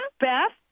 Beth